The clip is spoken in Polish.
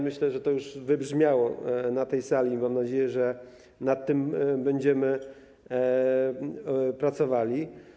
Myślę, że to już wybrzmiało na tej sali, i mam nadzieję, że będziemy nad tym pracowali.